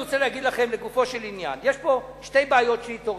לגופו של עניין, יש פה שתי בעיות שהתעוררו.